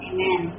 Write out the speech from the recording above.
Amen